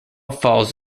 falls